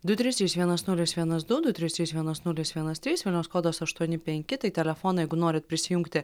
du trys vienas nulis vienas du du trys trys vienas nulis vienas trys vilniaus kodas aštuoni penki tai telefonai jeigu norit prisijungti